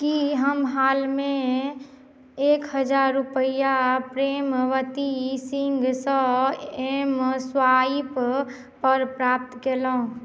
की हम हाल मे एक हजार रुपआ प्रेमवती सिंहसँ एमस्वाइप पर प्राप्त केलहुॅं